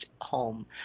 home